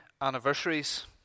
anniversaries